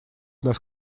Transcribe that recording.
нас